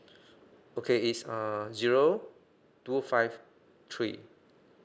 okay it's um zero two five three